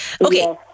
Okay